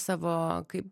savo kaip